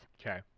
Okay